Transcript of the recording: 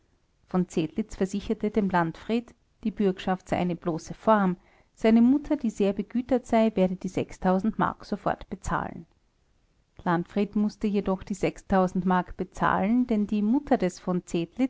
v zedlitz versicherte dem landfried die bürgschaft sei eine bloße form seine mutter die sehr begütert sei werde die mark sofort bezahlen landfried mußte jedoch die mark bezahlen denn die mutter des v